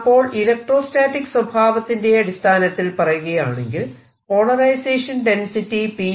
അപ്പോൾ ഇലക്ട്രോസ്റ്റാറ്റിക് സ്വഭാവത്തിന്റെ അടിസ്ഥാനത്തിൽ പറയുകയാണെങ്കിൽ പോളറൈസേഷൻ ഡെൻസിറ്റി P